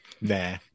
nah